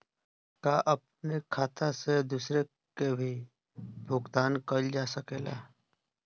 का अपने खाता से दूसरे के भी भुगतान कइल जा सके ला?